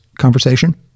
conversation